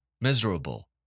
miserable